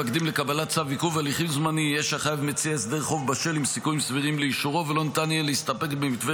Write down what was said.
מטרת התיקון היא לעודד אישורם של הסדרי חוב מוסכמים על פי